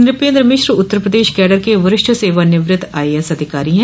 Napendra Mishra Uttar Pradesh cadre के वरिष्ठ सेवानिवृत्त आईएएस अधिकारी है